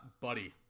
Buddy